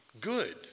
good